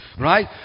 right